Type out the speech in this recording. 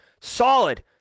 solid